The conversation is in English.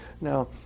Now